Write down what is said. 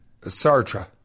Sartre